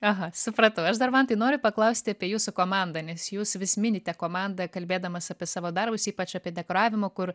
aha supratau aš dar mantai noriu paklausti apie jūsų komandą nes jūs vis minite komandą kalbėdamas apie savo darbus ypač apie dekoravimą kur